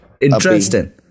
interesting